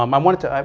um i wanted to. um